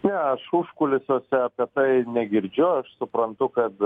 ne aš užkulisiuose apie tai negirdžiu aš suprantu kad